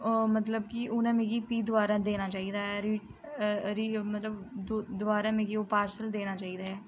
ओह् मतलब कि उ'नें मिगी फ्ही दबारा देना चाहि्दा रि रि मतलब दबारा मिगी ओह् पार्सल देना चाहि्दी ऐ